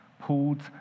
pulled